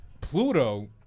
Pluto